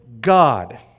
God